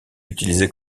utilisé